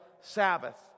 Sabbath